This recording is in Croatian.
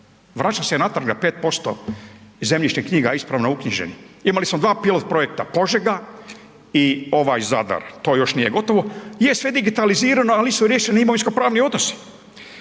Vraća se natrag na 5% iz zemljišnih knjiga ispravno uknjiženi. Imali smo dva pilot projekta Požega i ovaj Zadar, to još nije gotovo, je sve digitalizirano ali nisu riješeni imovinsko-pravni odnosi.